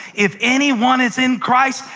if anyone is in christ,